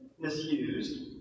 misused